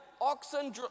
oxen